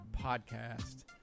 podcast